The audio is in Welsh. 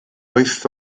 wyth